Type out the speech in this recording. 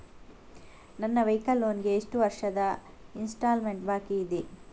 ನನ್ನ vehicle loan ಗೆ ಎಷ್ಟು ವರ್ಷದ ಇನ್ಸ್ಟಾಲ್ಮೆಂಟ್ ಬಾಕಿ ಇದೆ?